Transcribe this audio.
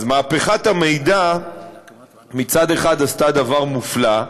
אז מהפכת המידע מצד אחד עשתה דבר מופלא: